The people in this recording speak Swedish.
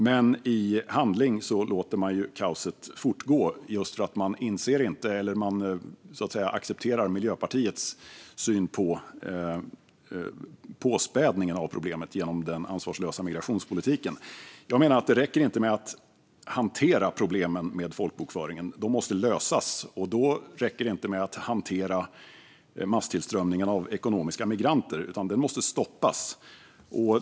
Men i handling låter de kaoset fortgå eftersom de accepterar Miljöpartiets påspädning av problemet genom den ansvarslösa migrationspolitiken. Jag menar att det inte räcker att hantera problemen med folkbokföringen, utan de måste lösas. Då räcker det inte med att hantera masstillströmningen av ekonomiska migranter, utan detta måste stoppas.